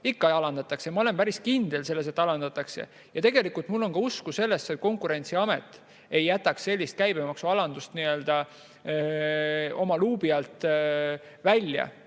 Ikka alandatakse. Ma olen päris kindel, et alandatakse. Mul on usku sellesse, et Konkurentsiamet ei jätaks sellist käibemaksualandust nii-öelda oma luubi alt välja.